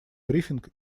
брифинг